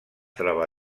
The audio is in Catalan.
troba